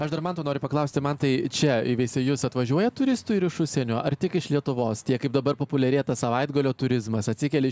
aš dar manto noriu paklausti mantai čia į veisiejus atvažiuoja turistų ir iš užsienio ar tik iš lietuvos tie kaip dabar populiarėja tas savaitgalio turizmas atsikeli